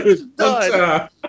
done